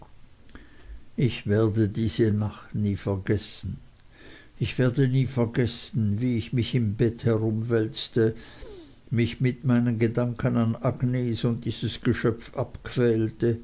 ich werde diese nacht nie vergessen ich werde nie vergessen wie ich mich im bett herumwälzte mich mit meinen gedanken an agnes und dieses geschöpf